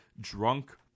drunk